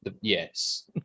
Yes